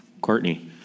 Courtney